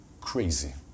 crazy